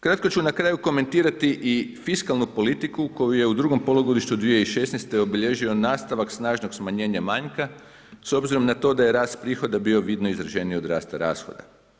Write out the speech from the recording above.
Kratko ću na kraju komentirati i fiskalnu politiku koju je u drugom polugodištu 2016. obilježio nastavak snažnog smanjenja manjka s obzirom na to da je rast prihoda bio vidno izraženiji od rasta rashoda.